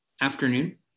afternoon